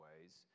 ways